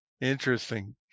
interesting